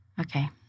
okay